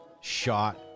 shot